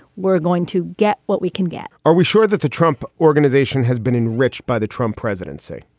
we're going to get what we can get are we sure that the trump organization has been enriched by the trump presidency?